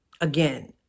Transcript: Again